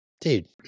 Dude